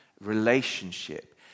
Relationship